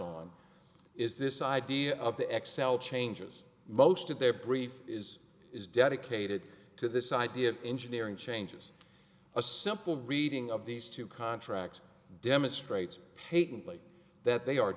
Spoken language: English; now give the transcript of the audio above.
on is this idea of the xcel changes most of their brief is is dedicated to this idea of engineering changes a simple reading of these two contracts demonstrates peyton place that they are